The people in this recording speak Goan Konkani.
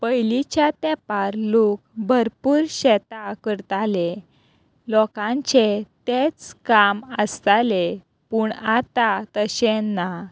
पयलींच्या तेंपार लोक भरपूर शेतां करताले लोकांचे तेंच काम आसतालें पूण आतां तशें ना